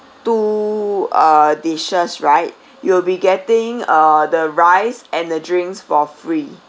two uh dishes right you will be getting uh the rice and the drinks for free